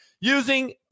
using